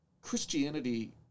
Christianity